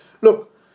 look